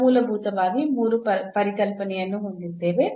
ನಾವು ಮೂಲಭೂತವಾಗಿ ಮೂರು ಪರಿಕಲ್ಪನೆಯನ್ನು ಹೊಂದಿದ್ದೇವೆ